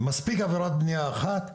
עשרה עבירות בנייה שיכולות לסכל,